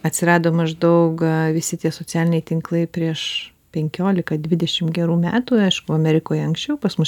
atsirado maždaug visi tie socialiniai tinklai prieš penkiolika dvidešim gerų metų aišku amerikoje anksčiau pas mus